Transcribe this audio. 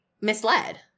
misled